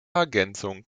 ergänzung